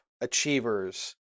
achievers